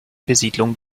besiedlung